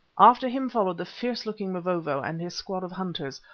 after him followed the fierce-looking mavovo and his squad of hunters,